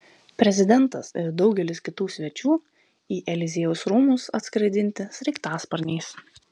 prezidentas ir daugelis kitų svečių į eliziejaus rūmus atskraidinti sraigtasparniais